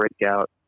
breakout